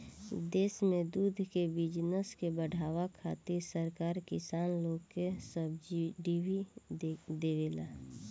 देश में दूध के बिजनस के बाढ़ावे खातिर सरकार किसान लोग के सब्सिडी भी देला